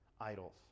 idols